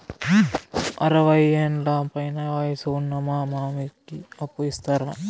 అరవయ్యేండ్ల పైన వయసు ఉన్న మా మామకి అప్పు ఇస్తారా